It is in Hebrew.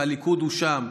והליכוד הוא שם: